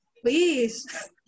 please